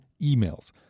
emails